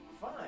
Fine